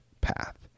Path